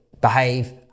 behave